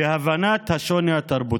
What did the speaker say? ובהבנת השוני התרבותי.